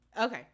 okay